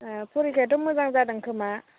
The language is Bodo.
ए परिखायाथ' मोजां जादोंखोमा